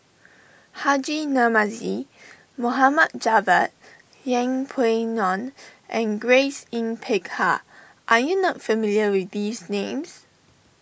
Haji Namazie Mohamad Javad Yeng Pway Ngon and Grace Yin Peck Ha are you not familiar with these names